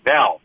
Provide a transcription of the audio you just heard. Now